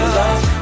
love